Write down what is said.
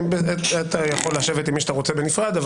אתה יכול לשבת עם מי שאתה רוצה בנפרד.